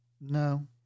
No